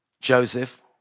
Joseph